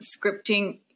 scripting